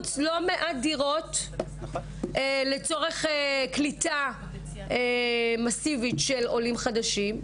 שיפוץ לא מעט דירות לצורך קליטה מסיבית של עולים חדשים,